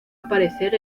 aparecer